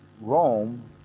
Rome